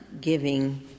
giving